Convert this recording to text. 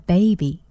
Baby